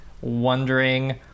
wondering